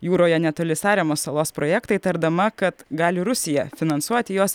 jūroje netoli saremos salos projektą įtardama kad gali rusija finansuoti jos